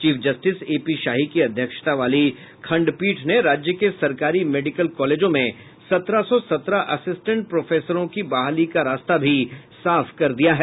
chief justice A P Shahi की अध्यक्षता वाली खंडपीठ ने राज्य के सरकारी मेडिकल कॉलेजों में सत्रह सौ सत्रह असिस्टेंट प्रोफेसरों की बहाली का रास्ता भी साफ कर दिया है